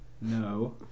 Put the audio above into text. No